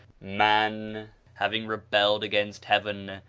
man having rebelled against heaven,